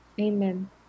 amen